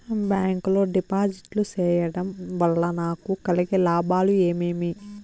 Bank లో డిపాజిట్లు సేయడం వల్ల నాకు కలిగే లాభాలు ఏమేమి?